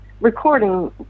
recording